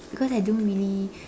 because I don't really